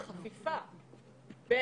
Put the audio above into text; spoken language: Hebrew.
הסיוע של השירות נותן לנו מעגל יותר רחב של